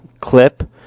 clip